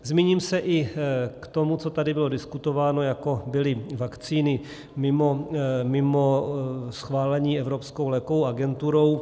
Zmíním se i k tomu, co tady bylo diskutováno, jako byly vakcíny mimo schválení Evropskou lékovou agenturou.